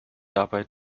dabei